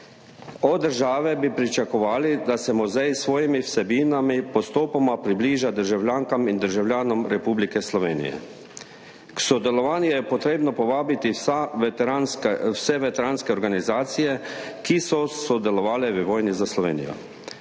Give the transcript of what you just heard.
Od države bi pričakovali, da se muzej s svojimi vsebinami postopoma približa državljankam in državljanom Republike Slovenije. K sodelovanju je potrebno povabiti vse veteranske organizacije, ki so sodelovale v vojni za Slovenijo.